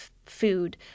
food